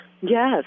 Yes